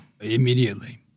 immediately